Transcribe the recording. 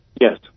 Yes